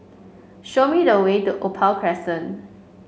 show me the way to Opal Crescent